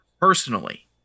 personally